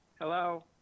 Hello